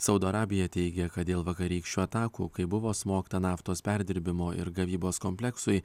saudo arabija teigia kad dėl vakarykščių atakų kai buvo smogta naftos perdirbimo ir gavybos kompleksui